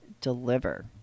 deliver